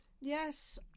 yes